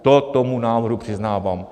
To tomu návrhu přiznávám.